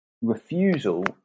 refusal